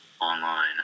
online